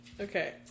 Okay